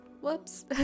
Whoops